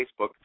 Facebook